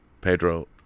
Pedro